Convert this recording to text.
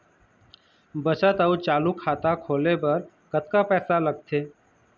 बचत अऊ चालू खाता खोले बर कतका पैसा लगथे?